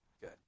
Good